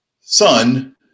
son